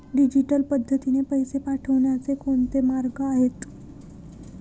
Digital पद्धतीने पैसे पाठवण्याचे कोणते मार्ग आहेत?